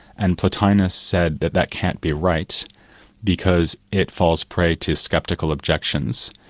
and plotinus said that that can't be right because it falls prey to sceptical objections.